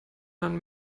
man